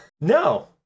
No